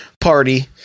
party